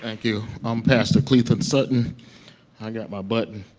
thank you. i'm pastor clethen sutton. i got my button.